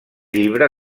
llibre